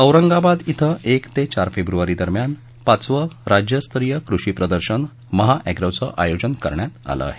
औरंगाबाद इथं एक ते चार फेब्र्वारी दरम्यान पाचवं राज्यस्तरीय कृषी प्रदर्शन महा एप्रोचं आयोजन करण्यात आलं आहे